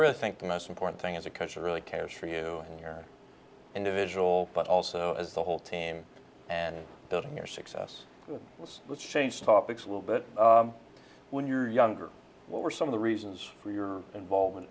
really think the most important thing as a coach really cares for you in your individual but also as the whole team and building your success was let's change topics little bit when you're younger what were some of the reasons for your involvement